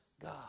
God